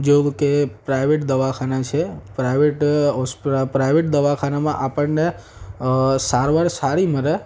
જેવું કે પ્રાઈવેટ દવાખાના છે પ્રાઈવેટ હોસ્પિ પ્રાઈવેટ દવાખાનામાં આપણને અ સારવાર સારી મળે